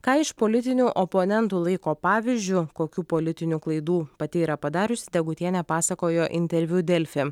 ką iš politinių oponentų laiko pavyzdžiu kokių politinių klaidų pati yra padariusi degutienė pasakojo interviu delfi